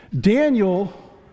Daniel